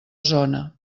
zona